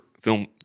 film